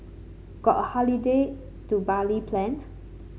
got a holiday to Bali planned